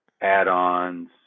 add-ons